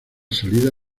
salida